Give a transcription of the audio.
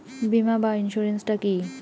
বিমা বা ইন্সুরেন্স টা কি?